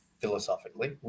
philosophically